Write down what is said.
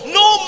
no